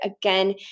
again